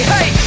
Hey